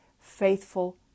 faithful